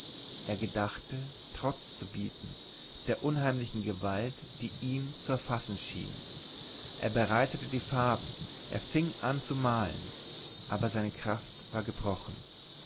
er gedachte trotz zu bieten der unheimlichen gewalt die ihn zu erfassen schien er bereitete die farben er fing an zu malen aber seine kraft war gebrochen